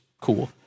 cool